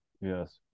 Yes